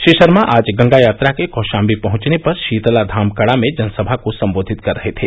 श्री शर्मा आज गंगा यात्रा के कौशाम्बी पहंचने पर शीतला धाम कड़ा में जनसभा को संबोधित कर रहे थे